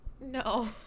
no